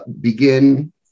begin